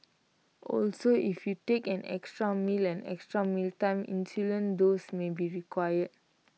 also if you take an extra meal an extra mealtime insulin dose may be required